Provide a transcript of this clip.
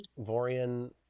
Vorian